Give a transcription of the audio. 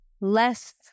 less